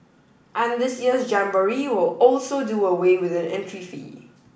and this year's jamboree will also do away with an entry fee